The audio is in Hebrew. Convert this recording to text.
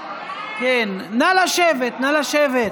נא לשבת.